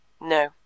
No